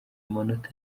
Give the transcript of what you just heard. amanota